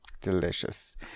Delicious